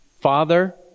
father